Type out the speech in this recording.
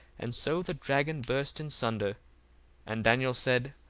and so the dragon burst in sunder and daniel said,